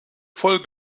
voll